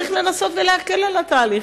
צריך לנסות ולהקל על התהליך.